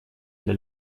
для